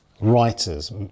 writers